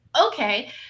Okay